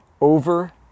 over